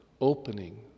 opening